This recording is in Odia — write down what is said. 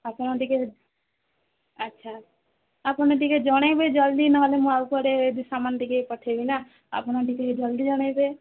ଆପଣ ଟିକେ ଆଚ୍ଛା ଆପଣ ଟିକେ ଜଣେଇବେ ଜଲ୍ଦି ନ ହେଲେ ମୁଁ ଆଉ କୁଆଡ଼େ ସାମାନ୍ ପଠେଇବି ନା ଆପଣ ଟିକେ ଜଲ୍ଦି ଜଣେଇବେ